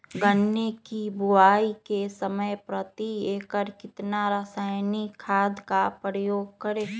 गन्ने की बुवाई के समय प्रति एकड़ कितना रासायनिक खाद का उपयोग करें?